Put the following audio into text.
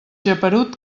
geperut